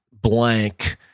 blank